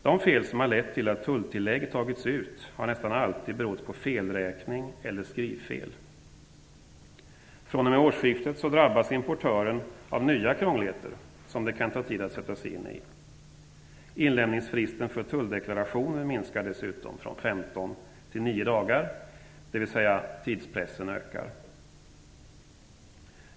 De fel som har lett till tulltillägg tagits ut har nästan alltid berott på felräkning eller skrivfel. fr.o.m. årsskiftet drabbas importören av nya krångligheter, som det kan ta tid att sätta sig in i. Inlämningsfristen för tulldeklarationer minskar dessutom från 15 till 9 dagar, dvs.. tidspressen ökar.